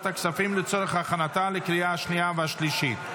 הכספים לצורך הכנתה לקריאה השנייה והשלישית.